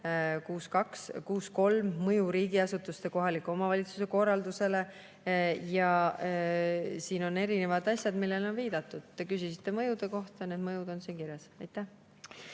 ja 6.3 "Mõju riigiasutuste ja kohaliku omavalitsuse korraldusele". Siin on erinevad asjad, millele on viidatud. Te küsisite mõjude kohta, need mõjud on siin kirjas. Aitäh!